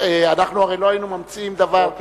אנחנו הרי לא היינו ממציאים דבר.